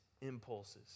impulses